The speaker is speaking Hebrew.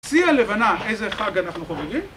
שיא הלבנה, איזה חג אנחנו חוגגים?